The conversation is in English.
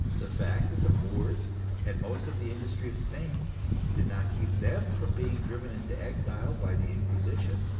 the fact that the moors had most of the industry of spain did not keep them from being driven into exile by the inquisition,